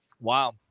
Wow